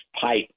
pipe